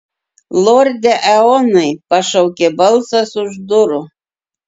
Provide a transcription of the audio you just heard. lorde eonai pašaukė balsas už durų